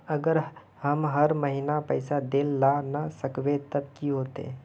अगर हम हर महीना पैसा देल ला न सकवे तब की होते?